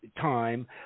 Time